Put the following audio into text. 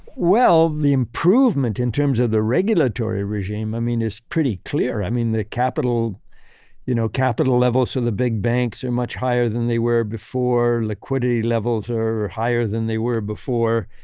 well, the improvement in terms of the regulatory regime, i mean, is pretty clear. i mean, the capital you know capital levels for the big banks are much higher than they were before. liquidity levels are higher than they were before.